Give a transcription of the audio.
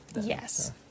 Yes